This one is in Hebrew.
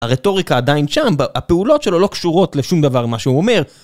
הרטוריקה עדיין שם, הפעולות שלו לא קשורות לשום דבר ממה שהוא אומר